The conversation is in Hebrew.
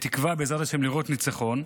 בתקווה, בעזרת השם, לראות ניצחון,